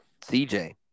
CJ